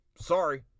Sorry